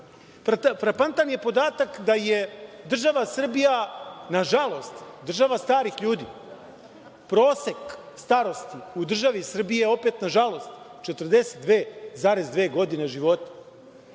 Frapantan je podatak da je država Srbija, nažalost, država starih ljudi. Prosek starosti u državi Srbiji je opet, nažalost, 42,2 godine života.